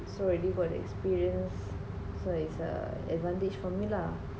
so at least for the experience so it's err advantage for me lah